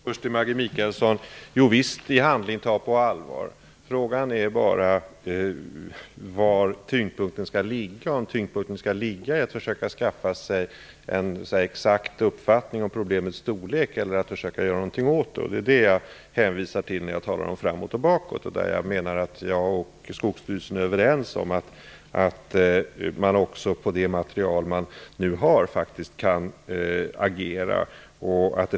Herr talman! Först till Maggi Mikaelsson. Jo, visst gäller det att i handling visa att detta tas på allvar. Frågan är bara var tyngdpunkten skall ligga - om den skall ligga i att försöka skaffa sig en exakt uppfattning om problemets storlek eller i att försöka göra något åt problemet. Det är vad jag hänvisar till när jag talar om framåt och bakåt. Jag menar att jag och Skogsstyrelsen är överens om att man också utifrån det material som finns faktiskt kan agera.